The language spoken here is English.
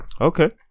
Okay